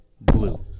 blue